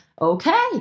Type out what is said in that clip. okay